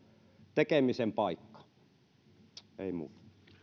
tekemisen paikka ei muuta